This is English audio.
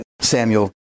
Samuel